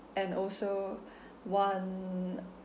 and also one